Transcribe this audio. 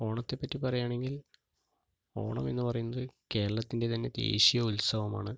ഓണത്തെപ്പറ്റി പറയുകയാണെങ്കിൽ ഓണം എന്നു പറയുന്നത് കേരളത്തിൻ്റെ തന്നെ ദേശീയ ഉത്സവമാണ്